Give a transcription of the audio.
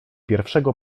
pierwszego